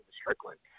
Strickland